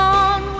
on